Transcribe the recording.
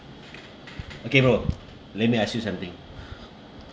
okay bro let me ask you something